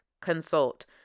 consult